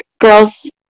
girls